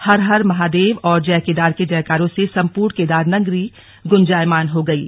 हर हर महादेव और जय केदार के जयकारों से संपूर्ण केदारनगरी गुंजायमान हो गयी